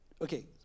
okay